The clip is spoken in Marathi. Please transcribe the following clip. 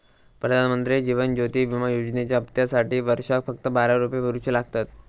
प्रधानमंत्री जीवन ज्योति विमा योजनेच्या हप्त्यासाटी वर्षाक फक्त बारा रुपये भरुचे लागतत